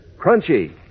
crunchy